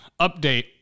Update